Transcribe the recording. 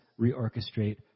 reorchestrate